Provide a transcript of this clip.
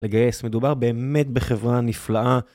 לגייס. מדובר באמת בחברה נפלאה.